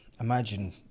Imagine